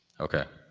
okay,